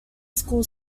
school